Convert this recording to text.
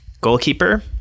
goalkeeper